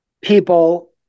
people